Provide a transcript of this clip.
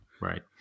Right